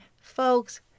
Folks